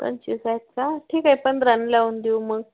पंचवीस आहेत का ठीक आहे पंधरानं लावून देऊ मग